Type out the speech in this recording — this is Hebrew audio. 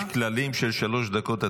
יש כללים של שלוש דקות,